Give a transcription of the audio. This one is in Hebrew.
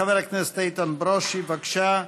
חבר הכנסת איתן ברושי, בבקשה.